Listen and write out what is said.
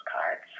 cards